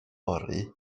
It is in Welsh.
fory